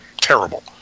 terrible